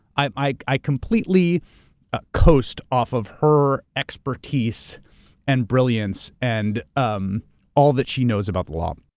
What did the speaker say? i like i completely ah coast off of her expertise and brilliance and um all that she knows about the law.